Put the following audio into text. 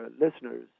listeners